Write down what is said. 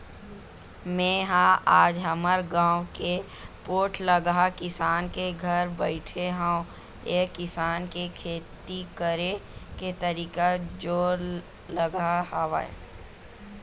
मेंहा आज हमर गाँव के पोठलगहा किसान के घर बइठे हँव ऐ किसान के खेती करे के तरीका जोरलगहा हावय